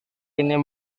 ini